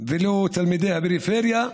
ולא תלמידי הפריפריה.